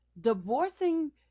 Divorcing